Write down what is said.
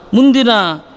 Mundina